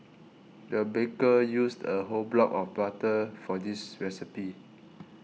the baker used a whole block of butter for this recipe